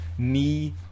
knee